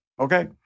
okay